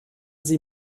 sie